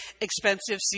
expensive